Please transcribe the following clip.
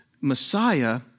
Messiah